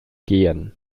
gehen